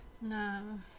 no